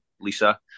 Lisa